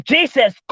Jesus